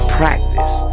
practice